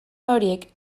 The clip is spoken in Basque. horiek